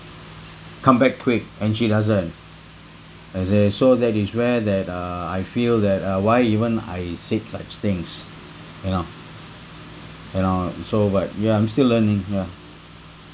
come back quick and she doesn't so that is where that uh I feel that uh why even I said such things you know you know so but ya I'm still learning yeah